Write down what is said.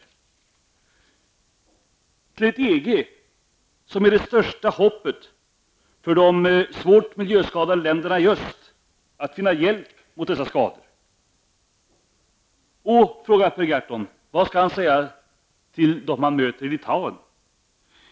Hur kan miljöpartiet säga nej till medverkan i ett EG som är det största hoppet för de svårt miljöskadade länderna i öst att finna hjälp mot dessa skador? Per Gahrton frågar vad han skall säga till dem han möter i Litauen.